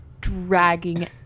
dragging